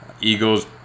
eagles